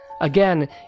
Again